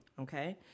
Okay